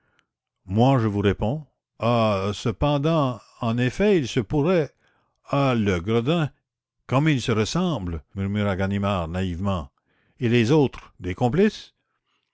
moi je vous réponds ah cependant en effet il se pourrait ah le gredin comme il se ressemble murmura ganimard naïvement et les autres des complices